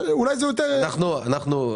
אולי זה יותר --- קודם כל,